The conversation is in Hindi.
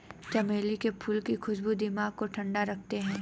चमेली के फूल की खुशबू दिमाग को ठंडा रखते हैं